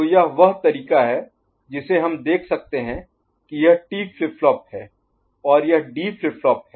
तो यह वह तरीका है जिसे हम देख सकते हैं कि यह T फ्लिप फ्लॉप है और यह D फ्लिप फ्लॉप है